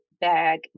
bag